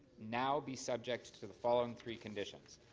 now be subject to the following three conditions,